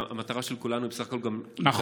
המטרה של כולנו היא בסך הכול, נכון.